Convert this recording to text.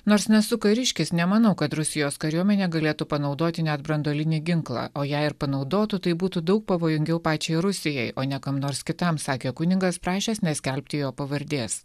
nors nesu kariškis nemanau kad rusijos kariuomenė galėtų panaudoti net branduolinį ginklą o jei ir panaudotų tai būtų daug pavojingiau pačiai rusijai o ne kam nors kitam sakė kunigas prašęs neskelbti jo pavardės